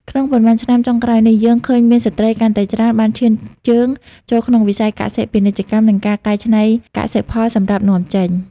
ក្នុងប៉ុន្មានឆ្នាំចុងក្រោយនេះ យើងឃើញមានស្ត្រីកាន់តែច្រើនបានឈានជើងចូលក្នុងវិស័យកសិ-ពាណិជ្ជកម្ម និងការកែច្នៃកសិផលសម្រាប់នាំចេញ។